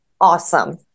Awesome